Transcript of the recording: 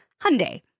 Hyundai